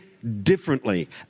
differently